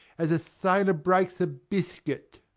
as a sailor breaks a biscuit.